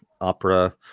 Opera